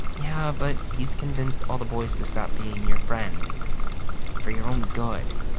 yeah, but he's convinced all the boys to stop being your friend for your own good.